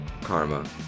karma